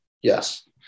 yes